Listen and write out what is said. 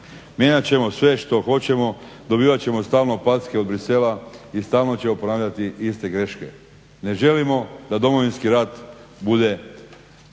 Mijenjat ćemo sve što hoćemo, dobivat ćemo stalno packe o Bruxellesa i stalno ćemo ponavljati iste greške. Ne želimo da Domovinski rat bude